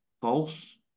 false